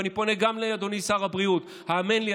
ואני פונה גם לאדוני שר הבריאות: האמן לי,